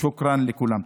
שוכרן לכולם.